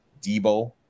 Debo